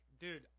dude